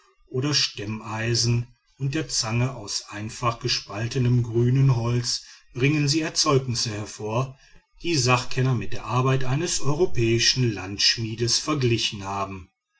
oder stemmeisen und der zange aus einfach gespaltenem grünem holz bringen sie erzeugnisse hervor die sachkenner mit der arbeit eines europäischen landschmiedes verglichen haben